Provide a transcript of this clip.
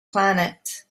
planet